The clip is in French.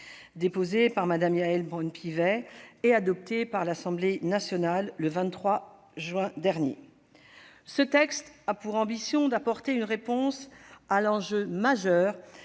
déposée par Mme Yaël Braun-Pivet et adoptée par l'Assemblée nationale le 23 juin dernier. Ce texte a pour ambition d'apporter une réponse à l'enjeu majeur